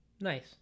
Nice